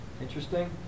Interesting